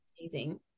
amazing